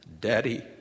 Daddy